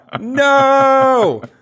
no